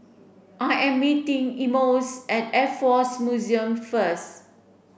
I am meeting Emmons at Air Force Museum first